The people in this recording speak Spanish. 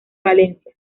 valencia